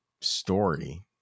story